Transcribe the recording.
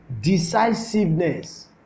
decisiveness